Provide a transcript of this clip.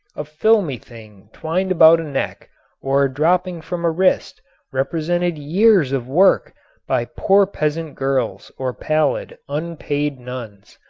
a filmy thing twined about a neck or dropping from a wrist represented years of work by poor peasant girls or pallid, unpaid nuns.